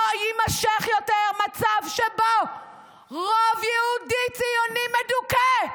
לא יימשך יותר מצב שבו רוב יהודי ציוני מדוכא.